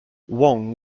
wong